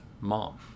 mom